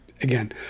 again